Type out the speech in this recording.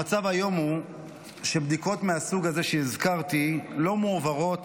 המצב היום הוא שבדיקות מהסוג הזה שהזכרתי לא מועברות